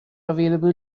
available